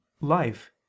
life